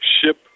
ship